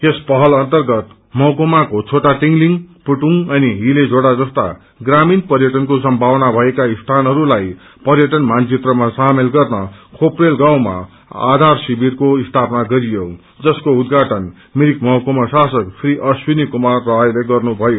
यस पहल अर्न्तगत महकुमाको छोटा टिंगलिंग पुटुङ अनि हिले झोड़ा जस्ता ग्रामीण पर्यटनको सम्भावना भएका स्थानहरूलाई पर्यटन मानचित्रमा सामेल गर्न खोपरेल गाउँमा आधार शिविर को स्थासपना गरियो जसको उद्दघाटन मिरिक महकुमा शासक श्री अश्विनी कुमार रायले गर्नुभयो